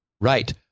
Right